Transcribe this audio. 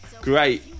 Great